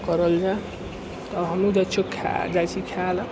करल जाइ हमहूँ जाइ छी खाइ खाइलए